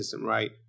Right